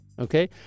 Okay